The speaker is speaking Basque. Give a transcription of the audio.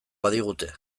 badigute